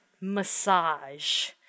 massage